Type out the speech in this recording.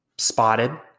spotted